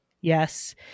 Yes